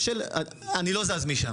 אני לא זז משם.